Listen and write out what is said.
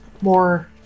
more